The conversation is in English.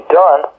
done